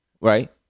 Right